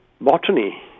botany